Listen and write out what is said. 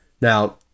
Now